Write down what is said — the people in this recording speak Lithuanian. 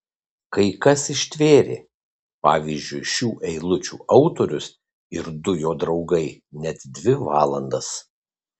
kai kas ištvėrė pavyzdžiui šių eilučių autorius ir du jo draugai net dvi valandas